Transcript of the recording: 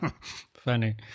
Funny